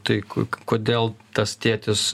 tai kodėl tas tėtis